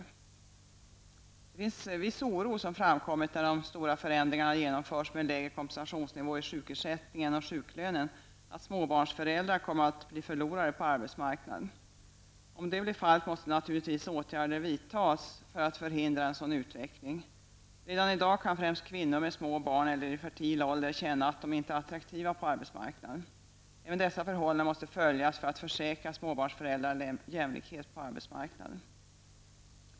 Det har framkommit viss oro för att småbarnsföräldrarna kommer att bli förlorare på arbetsmarknaden när de stora förändringarna genomförs med lägre kompensationsnivå i sjukersättningen och sjuklönen. Om det blir fallet måste naturligtvis åtgärder vidtas för att förhindra en sådan utveckling. Redan i dag kan främst kvinnor med småbarn eller i fertil ålder känna att de inte är attraktiva på arbetsmarknaden. Även dessa förhållanden måste följas för att försäkra småbarnsföräldrar jämlikhet på arbetsmarknaden.